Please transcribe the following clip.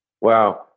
Wow